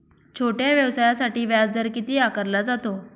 छोट्या व्यवसायासाठी व्याजदर किती आकारला जातो?